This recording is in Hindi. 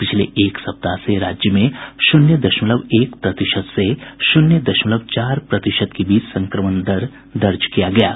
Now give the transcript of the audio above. पिछले एक सप्ताह से राज्य में शून्य दशमलव एक प्रतिशत से शून्य दशमलव चार प्रतिशत के बीच संक्रमण दर दर्ज किया गया है